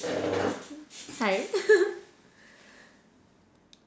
hi